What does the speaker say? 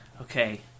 Okay